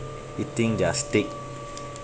eating their steak